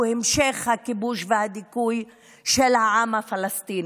המשך הכיבוש והדיכוי של העם הפלסטיני.